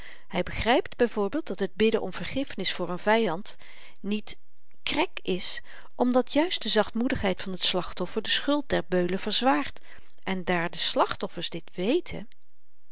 hy begrypt byv dat het bidden om vergiffenis voor n vyand niet krek is omdat juist de zachtmoedigheid van t slachtoffer de schuld der beulen verzwaart en daar de slachtoffers dit weten